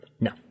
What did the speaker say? No